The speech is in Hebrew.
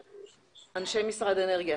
אנשי משרד האנרגיה.